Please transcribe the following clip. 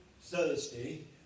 Thursday